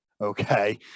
Okay